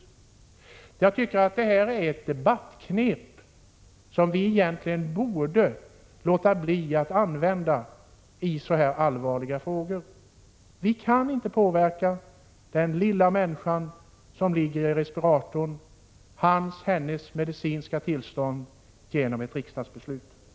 29 Jag tycker att det här är fråga om ett debattknep, som vi egentligen borde låta bli att använda i så här allvarliga frågor. Vi kan inte genom ett riksdagsbeslut påverka det medicinska tillståndet för den lilla människan som ligger i respiratorn.